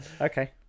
Okay